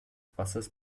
wassers